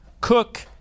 Cook